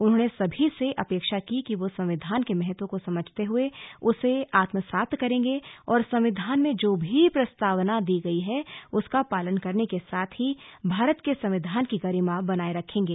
उन्होंने सभी से अपेक्षा की कि वो संविधान के महत्व को समझते हुए उसे आत्मसात करेंगे और संविधान में जो भी प्रस्तावना दी गयी है उसका पालन करने के साथ ही भारत के संविधान की गरिमा बनाये रखेंगे